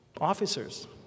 officers